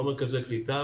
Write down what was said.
לא מרכזי קליטה,